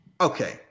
Okay